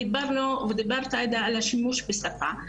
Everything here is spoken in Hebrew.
דיברנו ודיברת עאידה על השימוש בשפה.